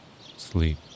sleep